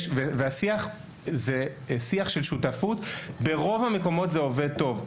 זהו שיח של שותפות, וברוב המקומות זה עובד טוב.